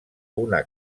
una